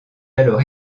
alors